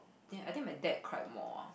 ya I think my dad cried more